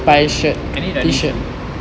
I need running shoe